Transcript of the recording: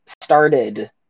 started